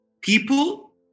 People